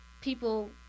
people